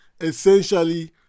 essentially